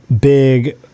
big